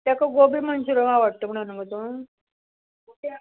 ताका गोबी मंचुरिय आवडटा म्हणून न्हू गो तूं